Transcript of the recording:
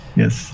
yes